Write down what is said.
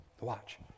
Watch